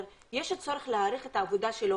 יש צורך להעריך את העבודה שלו.